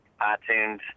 iTunes